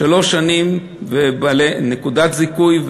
לשלוש שנים, נקודת זיכוי.